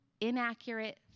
inaccurate